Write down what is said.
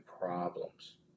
problems